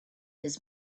his